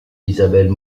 isabelle